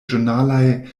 ĵurnalaj